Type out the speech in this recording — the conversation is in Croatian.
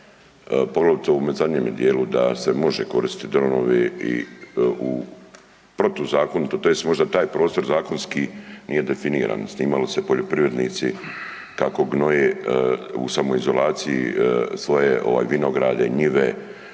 poglavito u ovome zadnjemu dijelu da se može koristit dronovi i u protuzakonito tj. možda taj prostor zakonski nije definiran, snimali se poljoprivrednici kako gnoje u samoizolaciji svoje ovaj vinograde, njive